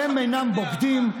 הם אינם בוגדים.